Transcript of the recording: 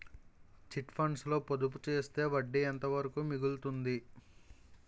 Chit funds లో పొదుపు చేస్తే వడ్డీ ఎంత వరకు మిగులుతుంది?